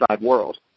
world